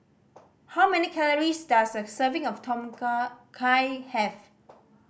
how many calories does a serving of Tom Kha Kai have